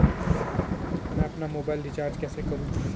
मैं अपना mobile recharge कैसे करूँ?